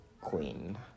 queen